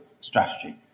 strategy